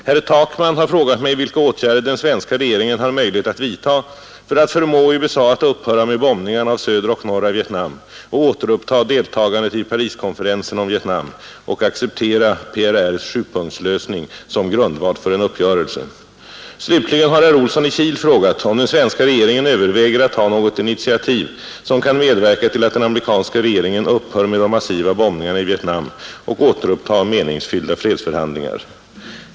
Herr Takman har frågat mig vilka åtgärder den svenska regeringen har möjlighet att vidta för att förmå USA att upphöra med bombningarna av södra och norra Vietnam och återuppta deltagandet i Pariskonferensen om Vietnam och acceptera PRR:s sjupunktslösning som grundval för en uppgörelse. Slutligen har herr Olsson i Kil frågat om den svenska regeringen överväger att ta något initiativ som kan medverka till att den amerikanska regeringen upphör med de massiva bombningarna i Vietnam och återuppta meningsfyllda fredsförhandlingar.